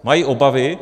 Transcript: Mají obavy.